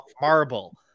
marble